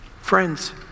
friends